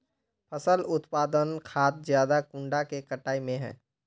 फसल उत्पादन खाद ज्यादा कुंडा के कटाई में है?